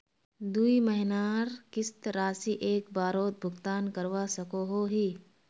दुई महीनार किस्त राशि एक बारोत भुगतान करवा सकोहो ही?